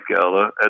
Gala